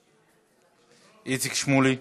מוותר, איציק שמולי.